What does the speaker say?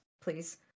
please